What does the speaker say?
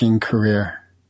career